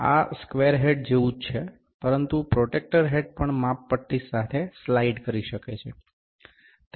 આ square head જેવું જ છે પરંતુ પ્રોટેક્ટર હેડ પણ માપપટ્ટી સાથે સ્લાઇડ કરી શકે છે